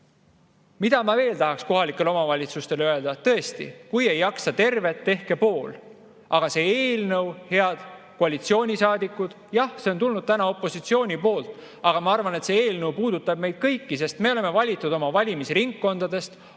mida ma veel tahaksin kohalikele omavalitsustele öelda? Tõesti, kui ei jaksa teha tervet [rehkendust], tehke pool. See eelnõu, head koalitsioonisaadikud, jah, on tulnud opositsiooni poolt, aga ma arvan, et see eelnõu puudutab meid kõiki, sest me oleme valitud oma valimisringkondadest,